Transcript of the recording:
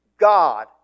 God